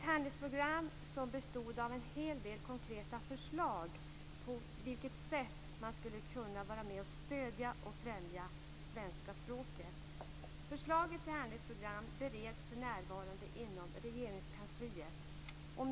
Programmet bestod av en hel del konkreta förslag om hur man skulle kunna vara med och stödja och främja svenska språket. Förslaget till handlingsprogram bereds för närvarande inom Regeringskansliet.